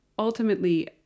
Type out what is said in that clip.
Ultimately